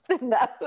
No